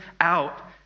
out